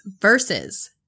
versus